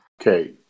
Okay